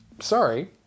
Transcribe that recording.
Sorry